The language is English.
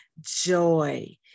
joy